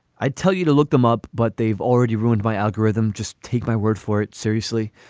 i'd tell you to look them up but they've already ruined my algorithm. just take my word for it seriously.